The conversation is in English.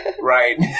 right